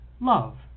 Love